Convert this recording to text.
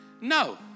No